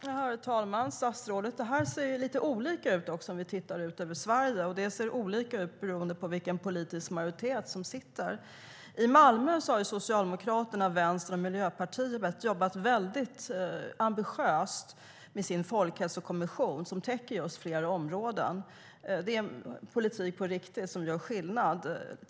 Herr talman! Det ser lite olika ut över Sverige, och det ser olika ut beroende på vilken den politiska majoriteten är. I Malmö har Socialdemokraterna, Vänstern och Miljöpartiet jobbat ambitiöst med sin folkhälsokommission, som täcker flera områden. Det är en politik på riktigt som gör skillnad.